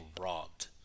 robbed